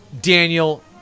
Daniel